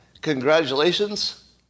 Congratulations